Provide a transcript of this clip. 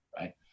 right